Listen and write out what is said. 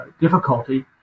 difficulty